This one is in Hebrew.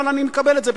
אבל אני מקבל את זה.